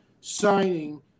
signing